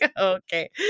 okay